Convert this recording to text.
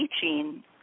teaching